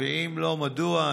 3. אם לא, מדוע?